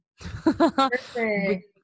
Perfect